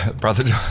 Brother